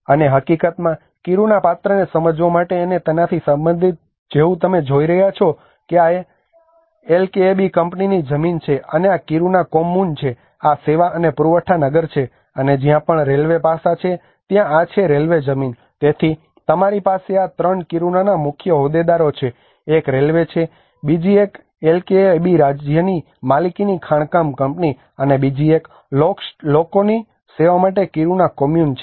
અને હકીકતમાં કિરુના પાત્રને સમજવા માટે અને તેનાથી સંબંધિત તેવું તમે જોઈ શકો છો કે આ એલકેએબી કંપનીની જમીન છે અને આ કિરુના કોમમૂન છે આ સેવા અને પુરવઠા નગર છે અને જ્યાં પણ રેલ્વે પાસા છે ત્યાં આ છે રેલ્વે જમીન તેથી તમારી પાસે આ 3 કિરુનાના મુખ્ય હોદ્દેદારો છે એક રેલ્વે છે બીજી એક એલકેએબી રાજ્યની માલિકીની ખાણકામ કંપની છે અને બીજી એક લોકોની સેવા માટે કિરુના કોમ્યુન છે